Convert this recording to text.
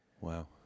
wow